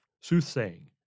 soothsaying